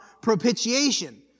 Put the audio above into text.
propitiation